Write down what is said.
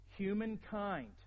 Humankind